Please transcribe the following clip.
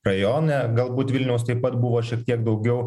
rajone galbūt vilniaus taip pat buvo šiek tiek daugiau